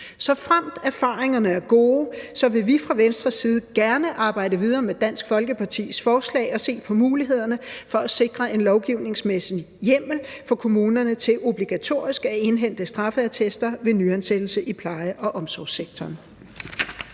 Såfremt erfaringerne er gode, vil vi fra Venstres side gerne arbejde videre med Dansk Folkepartis forslag og se på mulighederne for at sikre en lovgivningsmæssig hjemmel for kommunerne til obligatorisk at indhente straffeattester ved nyansættelser i pleje- og omsorgssektoren.